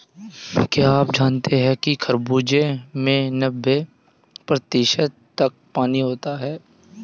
क्या आप जानते हैं कि खरबूजे में नब्बे प्रतिशत तक पानी होता है